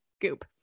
goop